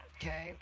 okay